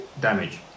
damage